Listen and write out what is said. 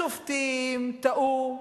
השופטים טעו,